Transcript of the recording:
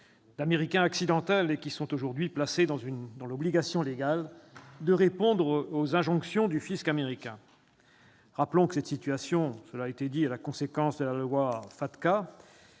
d'« Américains accidentels », aujourd'hui placés dans l'obligation légale de répondre aux injonctions du fisc américain. Rappelons que cette situation est la conséquence de la loi FATCA,